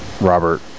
Robert